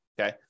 okay